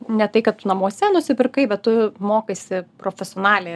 ne tai kad to namuose nusipirkai bet tu mokaisi profesionaliai